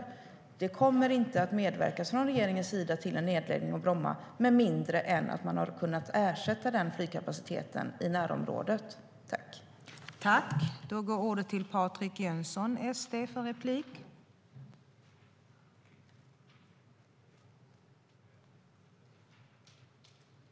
Regeringen kommer inte att medverka till en nedläggning av Bromma med mindre än att man har kunnat ersätta den flygkapaciteten i närområdet.